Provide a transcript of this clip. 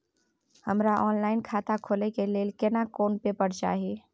हमरा ऑनलाइन खाता खोले के लेल केना कोन पेपर चाही?